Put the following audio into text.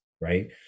right